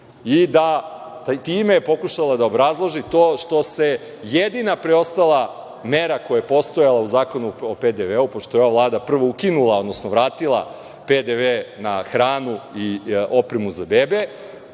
Time je pokušala da obrazloži to što se jedina preostala mera koja je postojala u Zakonu o PDV, pošto je ova Vlada prvo ukinula, odnosno vratila PDV na hranu i opremu za bebe,